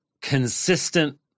consistent